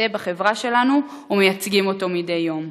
בחברה שלנו ומייצגים אותו מדי יום.